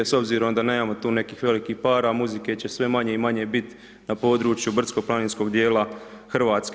S obzirom da nemamo tu nekih velikih para, a muzike će sve manje i manje bit na području brdsko-planinskog dijela Hrvatske.